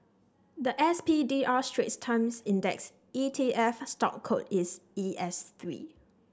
the S P D R Straits Times Index E T F stock code is E S three